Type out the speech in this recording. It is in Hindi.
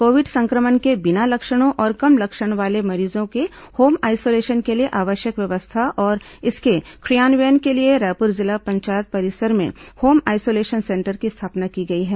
कोविड संक्रमण के बिना लक्षणों और कम लक्षण वाले मरीजों के होम आइसोलेशन के लिए आवश्यक व्यवस्था और इसके क्रियान्वयन के लिए रायपुर जिला पंचायत परिसर में होम आइसोलेशन सेंटर की स्थापना की गई है